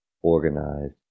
organize